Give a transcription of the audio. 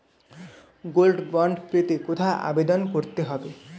Gold bond পেতে কোথায় আবেদন করতে হবে?